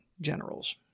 generals